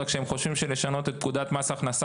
רק שהם חושבים שלשנות את פקודת מס הכנסה,